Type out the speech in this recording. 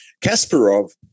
Kasparov